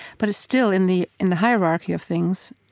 but it's still, in the in the hierarchy of things,